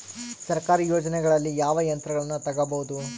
ಸರ್ಕಾರಿ ಯೋಜನೆಗಳಲ್ಲಿ ಯಾವ ಯಂತ್ರಗಳನ್ನ ತಗಬಹುದು?